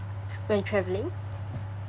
when travelling